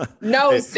No